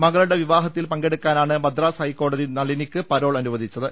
മകളുടെ വിവാഹത്തിൽ പ്രങ്കെടുക്കാനാണ് മദ്രാസ് ഹൈക്കോടതി നളിനിക്ക് പരോൾ അനുവദിച്ചത്